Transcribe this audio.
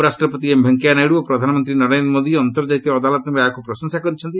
ଉପରାଷ୍ଟ୍ରପତି ଏମ୍ ଭେଙ୍କିୟା ନାଇଡୁ ଓ ପ୍ରଧାନମନ୍ତ୍ରୀ ନରେନ୍ଦ୍ର ମୋଦି ଅନ୍ତର୍ଜାତୀୟ ଅଦାଲତଙ୍କ ରାୟକୁ ପ୍ରଶଂସା କରିଛନ୍ତି